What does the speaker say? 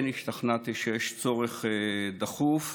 כן השתכנעתי שיש צורך דחוף,